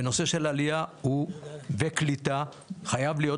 בנושא של עלייה וקליטה חייב להיות